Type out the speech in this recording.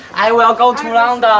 i will go to london.